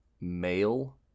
male